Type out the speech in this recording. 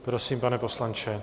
Prosím, pane poslanče.